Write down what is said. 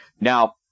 Now